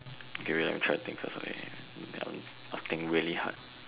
okay let me try to think first okay give me I'll think really hard